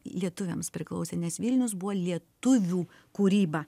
lietuviams priklausė nes vilnius buvo lietuvių kūryba